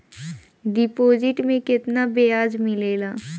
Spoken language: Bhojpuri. डिपॉजिट मे केतना बयाज मिलेला?